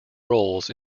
roles